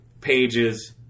pages